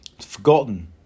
forgotten